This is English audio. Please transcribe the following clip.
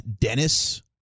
Dennis